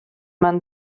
man